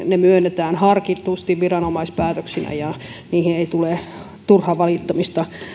ne myönnetään harkitusti viranomaispäätöksinä ja niihin ei tule turhaa valittamista